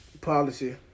policy